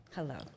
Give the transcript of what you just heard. Hello